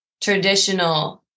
traditional